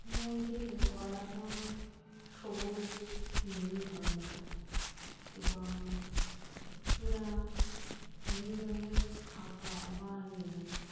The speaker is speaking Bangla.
ময়ূরের গলার রঙ সবুজ নীল ধরনের হয় এবং চূড়া নীল রঙের আভা আভা নীল রঙের